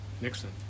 Nixon